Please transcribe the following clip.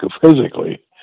physically